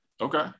okay